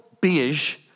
beige